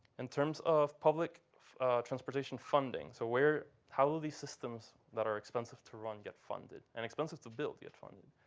in terms of public transportation funding. so how how will these systems that are expensive to run get funded and expensive to build get funded?